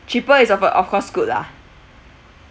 cheaper is of uh of course good lah